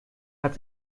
hat